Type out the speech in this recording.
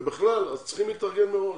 ובכלל, צריכים להתארגן מראש.